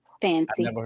fancy